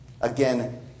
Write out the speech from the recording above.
Again